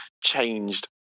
changed